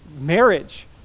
marriage